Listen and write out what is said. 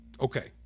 Okay